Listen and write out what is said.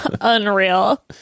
unreal